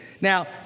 Now